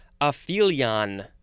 aphelion